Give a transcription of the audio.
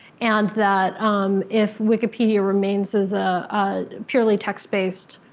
and that um if wikipedia remains as a purely text-based